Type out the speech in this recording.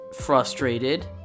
frustrated